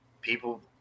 people